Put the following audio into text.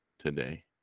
today